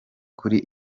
kuri